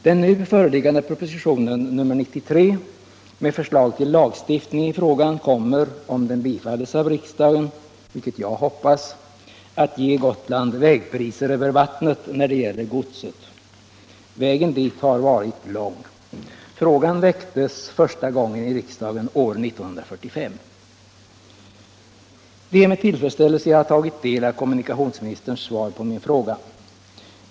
Den nu föreliggande propositionen, nr 93, med förslag till lagstiftning i frågan kommer —- om den bifalles av riksdagen, vilket jag hoppas — att ge Gotland vägpriser över vattnet när det gäller godset. Vägen dit har varit lång. Frågan väcktes första gången i riksdagen år 1945. Det är med tillfredsställelse jag har tagit del av kommunikationsministerns svar på min fråga.